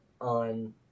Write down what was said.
on